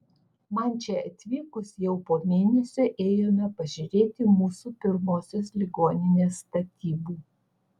man čia atvykus jau po mėnesio ėjome pažiūrėti mūsų pirmosios ligoninės statybų